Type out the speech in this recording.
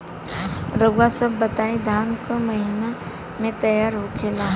रउआ सभ बताई धान क महीना में तैयार होखेला?